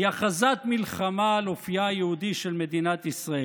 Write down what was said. היא הכרזת מלחמה על אופייה היהודי של מדינת ישראל,